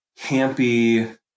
campy